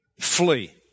Flee